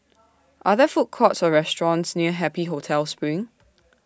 Are There Food Courts Or restaurants near Happy Hotel SPRING